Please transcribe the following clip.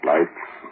Lights